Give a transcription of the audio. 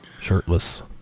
shirtless